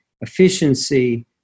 efficiency